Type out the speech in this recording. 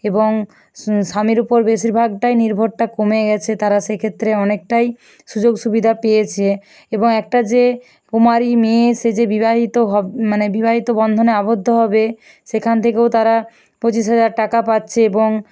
এবং স্বামীর উপর বেশিরভাগটাই নির্ভরটা কমে গেছে তারা সেক্ষেত্রে অনেকটাই সুযোগ সুবিধা পেয়েছে এবং একটা যে কুমারী মেয়ে সে যে বিবাহিত মানে বিবাহিত বন্ধনে আবদ্ধ হবে সেখান থেকেও তারা পঁচিশ হাজার টাকা পাচ্ছে এবং